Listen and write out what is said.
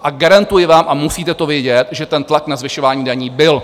A garantuji vám, a musíte to vědět, že ten tlak na zvyšování daní byl.